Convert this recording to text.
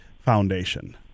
Foundation